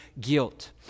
guilt